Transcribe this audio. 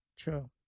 true